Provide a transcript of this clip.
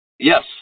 Yes